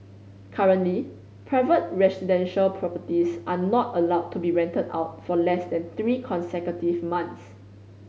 currently private residential properties are not allowed to be rented out for less than three consecutive months